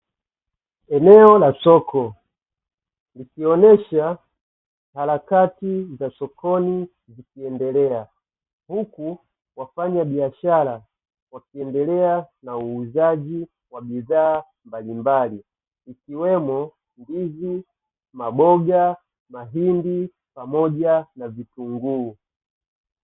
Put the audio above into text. Eneo la soko, wakionyesha harakati za sokoni zikiendelea, huku wafanyabiashara wakiendelea na uuzaji wa bidhaa mbalimbali, ikiwemo ndizi, maboga, mahindi pamoja na vitunguu.